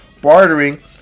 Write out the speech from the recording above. Bartering